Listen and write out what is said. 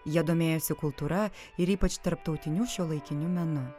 jie domėjosi kultūra ir ypač tarptautiniu šiuolaikiniu menu